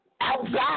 outside